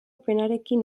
penarekin